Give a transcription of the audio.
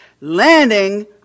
landing